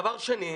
דבר שני,